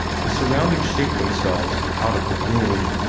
his surroundings shaped themselves out of the gloom.